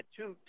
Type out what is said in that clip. two